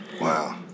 Wow